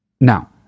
Now